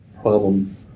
problem